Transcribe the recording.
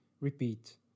repeat